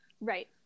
Right